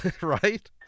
right